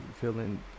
feeling